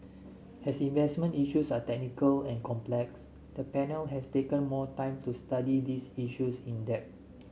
as investment issues are technical and complex the panel has taken more time to study this issues in depth